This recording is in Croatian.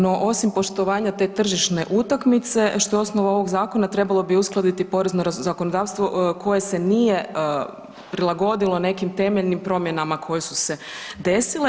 No osim poštovanja te tržišne utakmice što je osnova ovoga zakona, trebalo bi uskladiti porezno zakonodavstvo koje se nije prilagodilo nekim temeljnim promjenama koje su se desile.